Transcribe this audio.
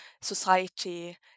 society